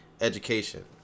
education